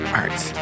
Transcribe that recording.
arts